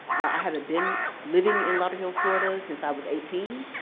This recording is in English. i haven't been living in lauderhill, florida since i was eighteen.